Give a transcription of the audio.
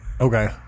okay